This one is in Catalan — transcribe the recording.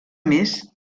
més